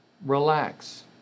relax